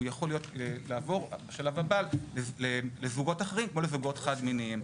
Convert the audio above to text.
הוא יכול לעבור בשלב הבא לזוגות אחרים כמו לזוגות חד-מיניים.